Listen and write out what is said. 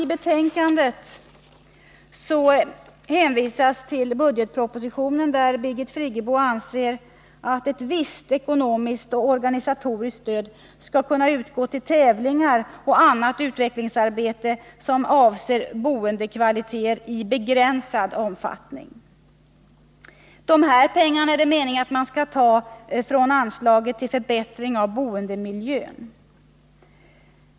I betänkandet hänvisas till budgetpropositionen, där Birgit Friggebo anför att viss ekonomiskt och organisatoriskt stöd i begränsad omfattning skall kunna utgå till tävlingar och annat utvecklingsarbete som avser boendekvaliteter. Det är meningen att dessa pengar skall tas från anslaget till förbättring av boendemiljön.